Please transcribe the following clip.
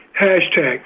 hashtag